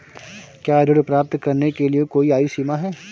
क्या ऋण प्राप्त करने के लिए कोई आयु सीमा है?